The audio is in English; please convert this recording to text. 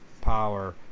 power